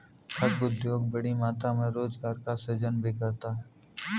खाद्य उद्योग बड़ी मात्रा में रोजगार का सृजन भी करता है